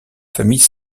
famille